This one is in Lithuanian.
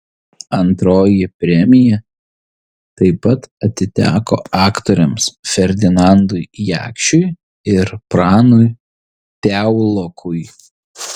antroji premija taip pat atiteko aktoriams ferdinandui jakšiui ir pranui piaulokui